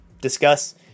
discuss